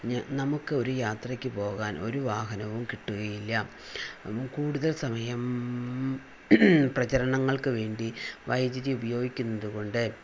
നമുക്കൊരു യാത്രയ്ക്ക് പോവാൻ ഒരു വാഹനവും കിട്ടുകയില്ല അപ്പം കൂടുതൽ സമയം പ്രചാരണങ്ങൾക്കു വേണ്ടി വൈദ്യുതി ഉപയോഗിക്കുന്നതു കൊണ്ട്